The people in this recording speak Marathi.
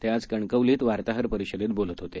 ते आज कणकवलीत वार्ताहर परिषदेत बोलत होते